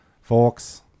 Forks